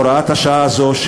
הוראת השעה הזו,